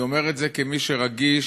אני אומר את זה כמי שרגיש,